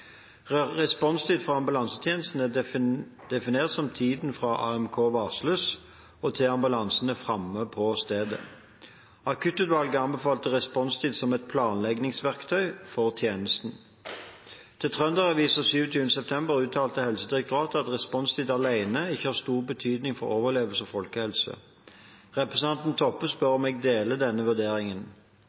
Responstid for ambulansetjenesten er definert som tiden fra AMK varsles, og til ambulansen er framme på stedet. Akuttutvalget anbefalte responstid som et planleggingsverktøy for tjenesten. Til Trønderavisa 27. september uttalte Helsedirektoratet at responstid alene ikke har stor betydning for overlevelse og folkehelse. Representanten Toppe spør om jeg deler denne vurderingen.